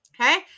Okay